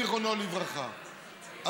זיכרונו לברכה,